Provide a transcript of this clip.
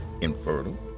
infertile